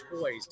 toys